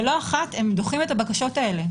ולא אחת הם דוחים את הבקשות האלה,